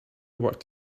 worked